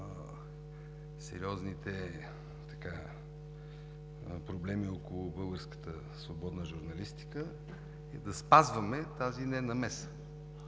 сериозните проблеми около българската свободна журналистика, е да спазваме тази ненамеса.